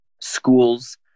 schools